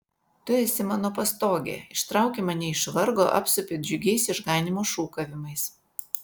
tu esi mano pastogė ištrauki mane iš vargo apsupi džiugiais išganymo šūkavimais